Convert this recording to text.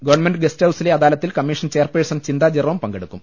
government guest ഹൌസിലെ അദാലത്തിൽ commission chairperson Chintha Jerome പങ്കെടുക്കും